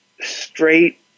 Straight